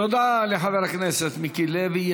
תודה לחבר הכנסת מיקי לוי.